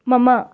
मम